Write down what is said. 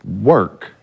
work